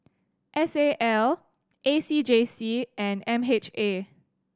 S A L A C J C and M H A